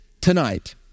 tonight